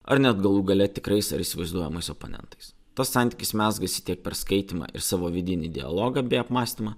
ar net galų gale tikrais ar įsivaizduojamais oponentais tas santykis mezgasi tiek perskaitymą ir savo vidinį dialogą bei apmąstymą